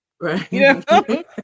right